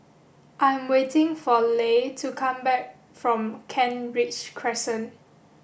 I'm waiting for Leigh to come back from Kent Ridge Crescent